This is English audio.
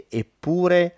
eppure